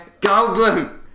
Goldblum